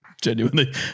genuinely